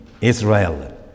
Israel